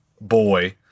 boy